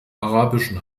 arabischen